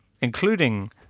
including